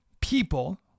People